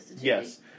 Yes